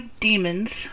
demons